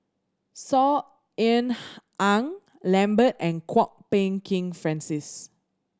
Saw Ean Ang Lambert and Kwok Peng Kin Francis